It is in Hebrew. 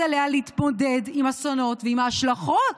עליה להתמודד עם אסונות ועם ההשלכות